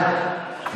תודה.